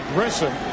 Grissom